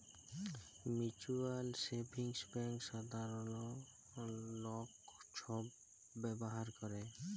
mutual savings bank সাধারল লক ছব ব্যাভার ক্যরে